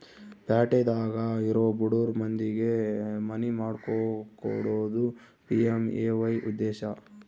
ಪ್ಯಾಟಿದಾಗ ಇರೊ ಬಡುರ್ ಮಂದಿಗೆ ಮನಿ ಮಾಡ್ಕೊಕೊಡೋದು ಪಿ.ಎಮ್.ಎ.ವೈ ಉದ್ದೇಶ